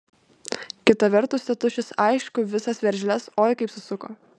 kita vertus tėtušis aišku visas veržles oi kaip susuko